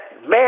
man